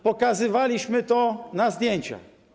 Pokazywaliśmy to na zdjęciach.